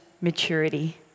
maturity